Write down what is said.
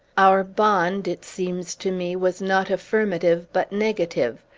our bond, it seems to me, was not affirmative, but negative.